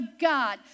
God